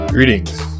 Greetings